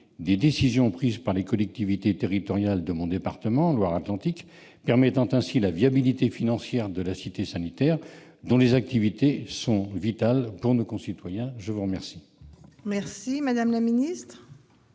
des décisions prises par les collectivités territoriales de la Loire-Atlantique, permettant ainsi la viabilité financière de la Cité sanitaire, dont les activités sont vitales pour nos concitoyens. La parole est à Mme la secrétaire